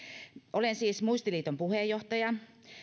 olen siis muistiliiton puheenjohtaja